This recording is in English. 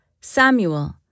Samuel